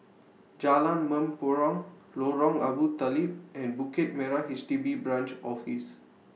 Jalan Mempurong Lorong Abu Talib and Bukit Merah H D B Branch Office